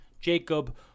Jacob